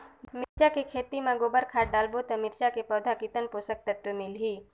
मिरचा के खेती मां गोबर खाद डालबो ता मिरचा के पौधा कितन पोषक तत्व मिलही?